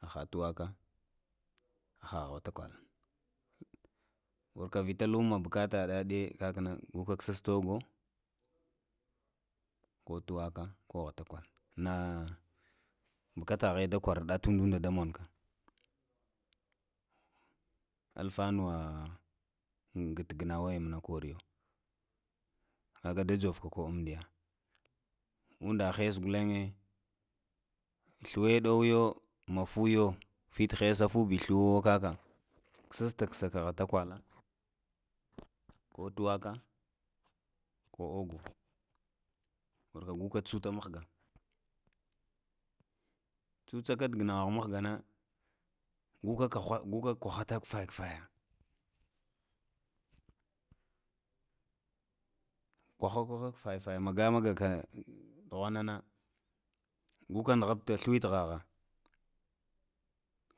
Aha tawaka, aha htakwal wurkavita luma bukataɗa ne kakna kuga ksas togo ko tuwaka ko htakwal na bukata hwe da kwarɗa ndu duda da monka alfanawa ngat ganawaya muna koriyo haka dajovo umdiya unda hes gulenye thwe ɗowiyo mafuyo fit hesa fabi thluwo kaka, ksastaka hatakwala ko tuwaka koogo, warka ka guga tsuta muhga tsukaka gnawaha muhgana guga, guga kuhalakfaya lafaya. khaka kfaya maga maka ɗughwa na hana, guga nuhafata thliwetuha ha